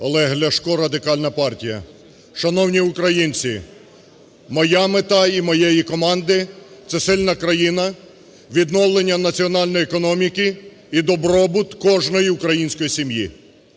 Олег Ляшко, Радикальна партія. Шановні українці! Моя мета і моєї команди – це сильна країна, відновлення національної економіки і добробут кожної української сім'ї.